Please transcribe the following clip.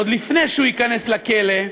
עוד לפני שהוא ייכנס לכלא,